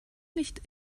nicht